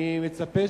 אני מצפה